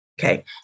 okay